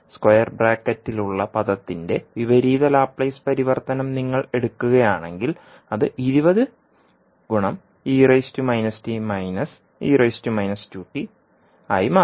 square ബ്രാക്കറ്റിൽ ഉള്ള പദത്തിന്റെ വിപരീത ലാപ്ലേസ് പരിവർത്തനം നിങ്ങൾ എടുക്കുകയാണെങ്കിൽ അത് ആയി മാറും